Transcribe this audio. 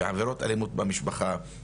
ועבירות אלימות במשפחה,